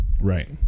right